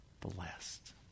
blessed